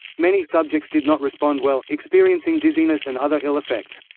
many subjects did not respond well, experiencing dizziness and other ill effects.